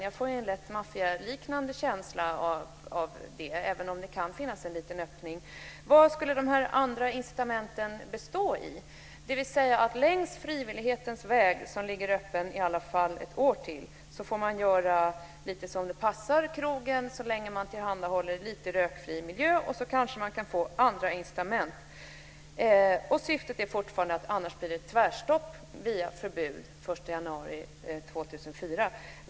Jag får en lätt maffialiknande känsla av det resonemanget, även om det kan finnas en liten öppning. Vad skulle dessa andra incitament bestå av? Längs frivillighetens väg, som ligger öppen i alla fall ett år till, får man göra lite som det passar krogen så länge som man tillhandahåller lite rökfri miljö, och på det sättet kanske man kan få andra incitament. Syftet är fortfarande att det annars kan bli tvärstopp via ett förbud den 1 januari 2004.